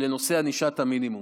לנושא ענישת המינימום.